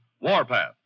Warpath